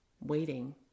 waiting